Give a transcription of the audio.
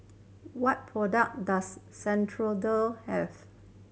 what product does Ceradan have